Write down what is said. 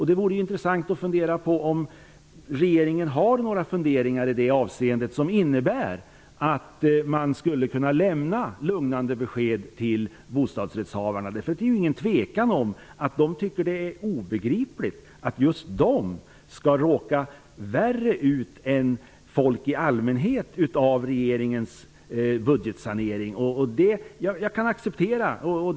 Det vore intressant att få reda på om regeringen har några funderingar som skulle kunna innebära ett lugnande besked till bostadsrättshavarna. Det är ingen tvekan om att de tycker att det är obegripligt att just de skall råka värre ut än folk i allmänhet av regeringens budgetsanering. Jag kan acceptera en budgetsanering.